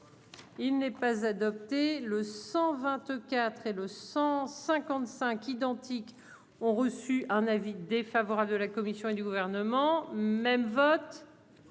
il n'est pas adopté le 124 et le 155 identique. Ont reçu un avis défavorable de la commission et du Gouvernement même vote.